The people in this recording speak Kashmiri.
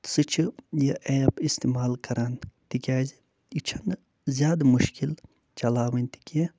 سُہ چھِ یہِ ایپ استعمال کران تِکیٛازِ یہِ چھنہٕ زیادٕ مُشکِل چلاوٕنۍ تہِ کیٚنہہ